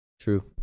true